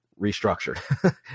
restructured